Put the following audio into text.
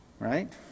right